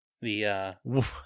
The-